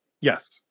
Yes